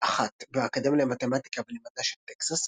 אחת באקדמיה למתמטיקה ולמדע של טקסס,